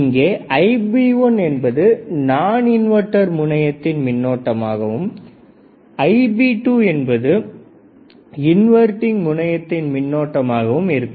இங்கே Ib1 என்பது நான் இன்வெர்டர் முனையத்தின் மின்னோட்டம் ஆகவும் Ib2 என்பது இன்வர்டிங் முனையத்தின் மின்னோட்டம் ஆகவும் இருக்கும்